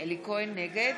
נגד